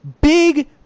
big